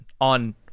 on